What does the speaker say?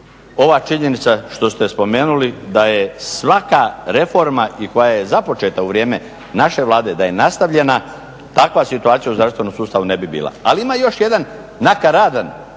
ova činjenica što ste spomenuli da je svaka reforma i koja je započeta u vrijeme naše Vlade da je nastavljena takva situacija u zdravstvenom sustavu ne bi bila. Ali ima još jedan nakaradan